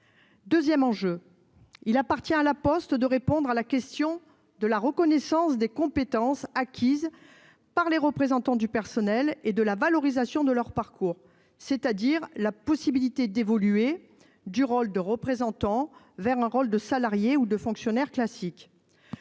outre, il appartient à La Poste de répondre à la question de la reconnaissance des compétences acquises par les représentants du personnel et de la valorisation de leur parcours, à savoir la possibilité d'évoluer du rôle de représentant vers un rôle de salarié ou de fonctionnaire classique.